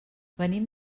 venim